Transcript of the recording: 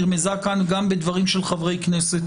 נרמזה כאן גם בדברים של חברי כנסת,